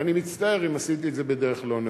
ואני מצטער אם עשיתי את זה בדרך לא נאותה.